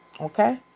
Okay